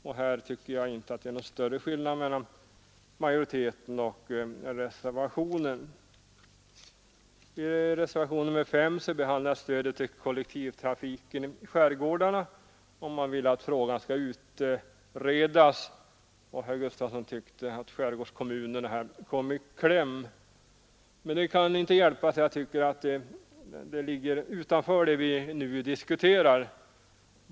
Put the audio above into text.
Jag tycker inte att det är någon större skillnad mellan majoritetens förslag och reservationen. I reservationen 5 behandlas stödet till kollektivtrafiken i skärgårdarna. Man vill att frågan skall utredas. Herr Gustafson tyckte att skärgårdskommunerna kommit kläm. Enligt min mening ligger detta utanför det vi nu diskuterar.